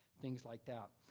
things like that.